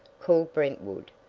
called brentwood,